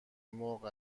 مرغ